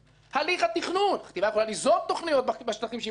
הליך התכנון החטיבה יכולה ליזום תוכניות בשטחים שהיא מקבלת,